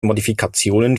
modifikationen